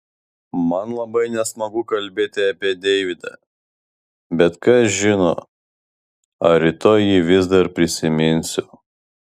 man labai nesmagu kalbėti apie deividą bet kas žino ar rytoj jį vis dar prisiminsiu